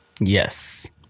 Yes